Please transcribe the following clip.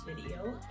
video